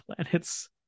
planets